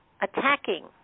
attacking